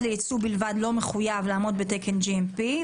לייצוא בלבד לא מחויב לעמוד בתקן GAP-IMC,